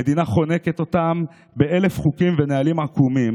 המדינה חונקת אותם באלף חוקים ובנהלים עקומים